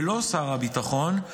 ולא שר הביטחון,